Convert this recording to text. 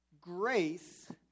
grace